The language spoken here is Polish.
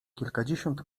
kilkadziesiąt